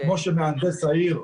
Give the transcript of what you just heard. כמו מהנדס העיר,